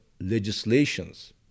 legislations